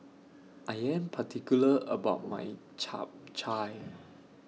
I Am particular about My Chap Chai